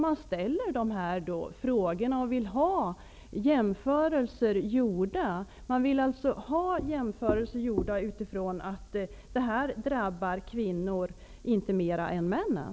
Man ställer de här frågorna och vill ha jämförelser gjorda utifrån att det här inte drabbar kvinnorna mer än männen.